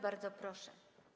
Bardzo proszę.